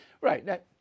Right